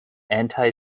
anti